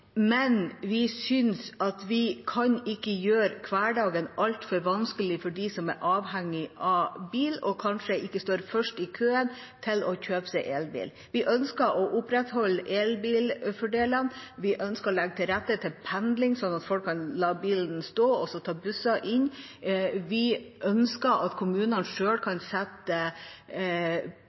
Men vi synes ikke vi kan gjøre hverdagen altfor vanskelig for dem som er avhengige av bil, og som kanskje ikke står først i køen for å kjøpe seg elbil. Vi ønsker å opprettholde elbilfordelene. Vi ønsker å legge til rette for pendling, slik at folk kan la bilen stå og ta buss. Vi ønsker at kommunene selv kan